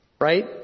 right